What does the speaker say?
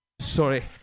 sorry